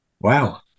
wow